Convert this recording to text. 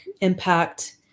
impact